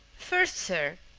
first, sir,